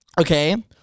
okay